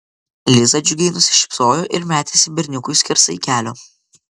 liza džiugiai nusišypsojo ir metėsi berniukui skersai kelio